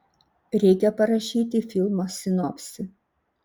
reikia parašyti filmo sinopsį